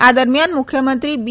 આ દરમિયાન મુખ્યમંત્રી બી